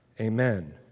Amen